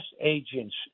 agents